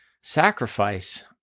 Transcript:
sacrifice